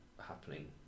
happening